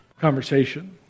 conversation